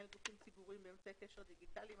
לגופים ציבוריים באמצעי קשר דיגיטליים,